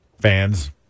fans